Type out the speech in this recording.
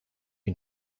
can